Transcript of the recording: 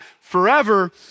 forever